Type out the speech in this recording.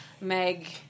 Meg